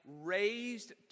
raised